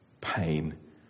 pain